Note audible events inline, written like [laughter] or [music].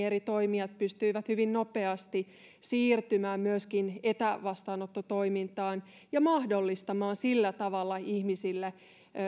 [unintelligible] eri toimijat pystyivät hyvin nopeasti siirtymään myöskin etävastaanottotoimintaan ja mahdollistamaan sillä tavalla ihmisille